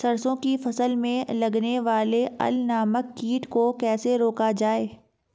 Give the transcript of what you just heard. सरसों की फसल में लगने वाले अल नामक कीट को कैसे रोका जाए?